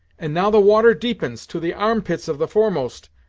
and now, the water deepens, to the arm-pits of the foremost,